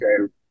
okay